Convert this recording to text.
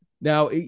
now